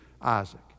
Isaac